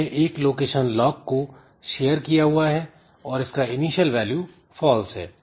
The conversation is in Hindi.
हमने एक लोकेशन LOCK को शेयर किया हुआ है और इसका इनिशियल वैल्यू फॉल्स है